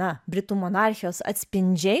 na britų monarchijos atspindžiai